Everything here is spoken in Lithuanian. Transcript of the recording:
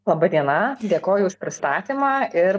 laba diena dėkoju už pristatymą ir